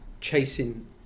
chasing